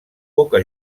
boca